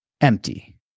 Empty